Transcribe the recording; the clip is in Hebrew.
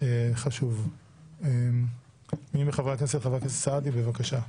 חבר הכנסת אוסאמה סעדי, בבקשה.